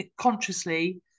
consciously